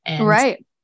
Right